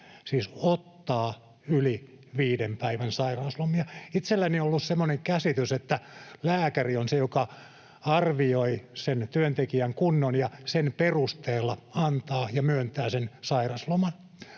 siis ”ottaa” yli viiden päivän sairauslomia. Itselläni on ollut semmoinen käsitys, että lääkäri on se, joka arvioi sen työntekijän kunnon ja sen perusteella antaa ja myöntää sen sairausloman,